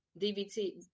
DVT